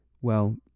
Well